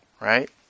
right